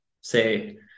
say